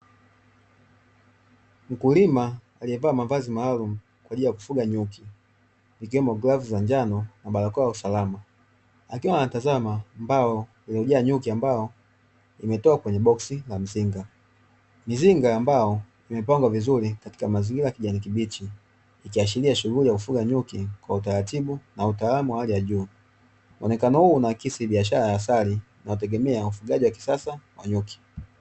Mkulima aliyevaa mavazi maalumu kwa ajili ya kufuga nyuki vikiwemo glavu za njano na barakoa ya usalama, akiwa anatazama mbao iliyojaa nyuki ambao wametoka kwenye boksi la mzinga. Mizinga ambayo imepangwa vizuri katika mazingira ya kijani kibichi ikiashiria shughuli ya kufuga nyuki kwa utaratibu na utaalamu wa hali ya juu, Muonekano huu unaakisi biashara ya asali unaotegemea ufugaji wa kisasa wa nyuki.